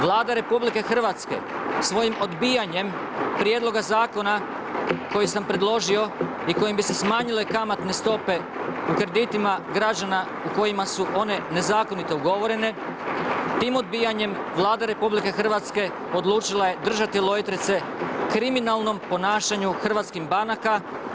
Vlada RH, svojim odbijanjem prijedlogom zakona kojim sam predložio i kojim bi se smanjile kamatne stope u kreditima građana u kojima su one nezakonitom ugovorene, tim odbijanjem Vlada RH, odlučila je držati lojtrice kriminalnom ponašanju hrvatskih banaka.